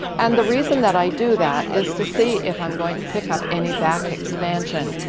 and the reason that i do that is to see if i'm going to pick up any back expansion,